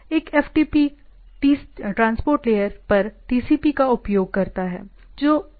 एक FTP transport layer पर TCP का उपयोग करता है